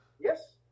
Yes